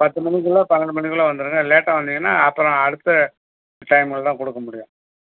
பத்துமணிக்குள்ளே பண்னென்டு மணிக்குள்ளே வந்துருங்க லேட்டாக வந்தீங்கன்னா அப்புறம் அடுத்த டைம்ல தான் கொடுக்க முடியும்